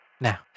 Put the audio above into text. Now